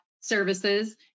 services